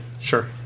Sure